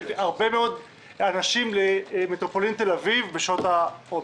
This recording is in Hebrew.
הרבה מאוד רכבים למטרופולין תל אביב בשעת העומס.